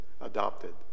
adopted